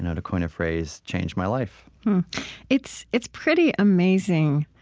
and to coin a phrase, changed my life it's it's pretty amazing,